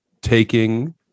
taking